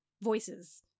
voices